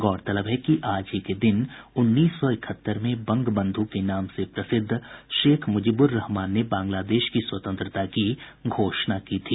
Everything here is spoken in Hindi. गौरतलब है कि आज ही के दिन उन्नीस सौ इकहत्तर में बंग बंधु के नाम से प्रसिद्ध शेख़ मुजीबुर्रहमान ने बांग्लादेश की स्वतंत्रता की घोषणा की थी